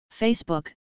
Facebook